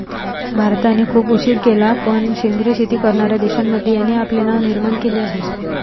भारताने खूप उशीर केला पण सेंद्रिय शेती करणार्या देशांमध्ये याने आपले नाव निर्माण केले आहे